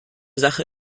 sache